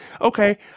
okay